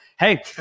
Hey